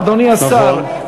אדוני השר,